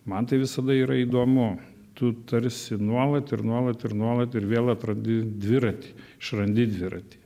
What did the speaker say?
man tai visada yra įdomu tu tarsi nuolat ir nuolat ir nuolat ir vėl atrandi dviratį išrandi dviratį